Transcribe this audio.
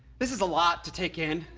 this is a lot to take in